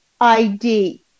ID